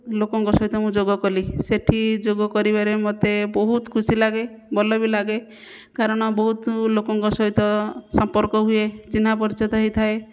ଲୋକଙ୍କ ସହିତ ମୁଁ ଯୋଗକଲି ସେଇଠି ଯୋଗ କରିବାରେ ମୋତେ ବହୁତ ଖୁସି ଲାଗେ ଭଲ ବି ଲାଗେ କାରଣ ବହୁତ ଲୋକଙ୍କ ସହିତ ସମ୍ପର୍କ ହୁଏ ଚିହ୍ନାପରିଚୟ ତ ହେଇଥାଏ